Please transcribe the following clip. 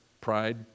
pride